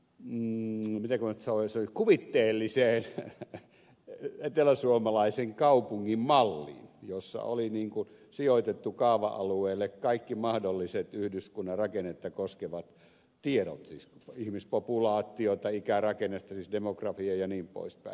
viisi ruotsalaisen kuvitteellisia että kuvitteellisen eteläsuomalaisen kaupungin malliin jossa oli sijoitettu kaava alueelle kaikki mahdolliset yhdyskunnan rakennetta koskevat tiedot siis ihmispopulaatiota ikärakennetta demografiaa ja niin pois päin